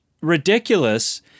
ridiculous